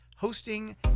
hosting